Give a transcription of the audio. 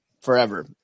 forever